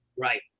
Right